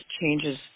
changes